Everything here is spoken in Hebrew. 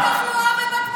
מקום ראשון בתחלואה ובתמותה.